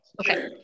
Okay